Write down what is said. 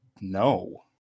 no